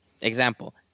example